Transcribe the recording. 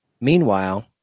meanwhile